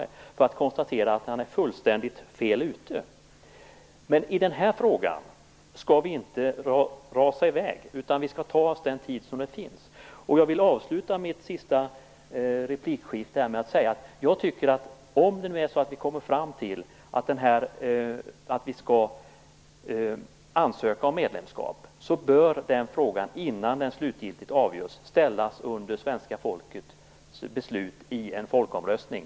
Då kommer han att kunna konstatera att han är fullständigt fel ute. I den här frågan skall vi inte rasa i väg, utan vi skall ta oss den tid som finns. Jag vill avsluta mitt sista replikskifte med att säga att om vi kommer fram till att vi skall ansöka om medlemskap, så bör frågan innan den slutgiltigt avgörs underställas svenska folkets beslut i en folkomröstning.